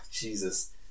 Jesus